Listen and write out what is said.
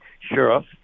sheriff